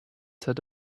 said